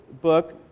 book